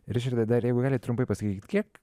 ričardai dar jeigu galit trumpai pasakykit kiek